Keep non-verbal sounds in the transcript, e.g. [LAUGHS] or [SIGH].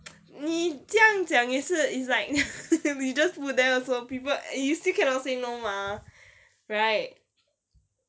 [NOISE] 你这样讲也是 it's like [LAUGHS] you just put there also people and you still cannot say no mah right